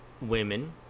women